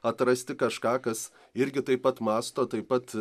atrasti kažką kas irgi taip pat mąsto taip pat